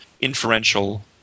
inferential